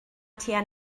tua